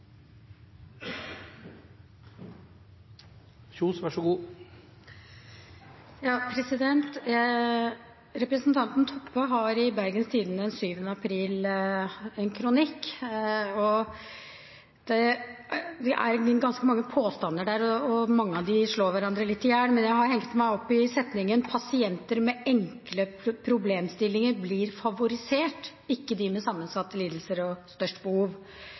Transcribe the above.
Representanten Toppe har i Bergens Tidende den 7. april en kronikk, og det er ganske mange påstander der. Mange av dem slår hverandre litt i hjel, men jeg har hengt meg litt opp i setningen om at «pasienter med enkle problemstillinger blir favorisert, ikke de med sammensatte lidelser og størst behov».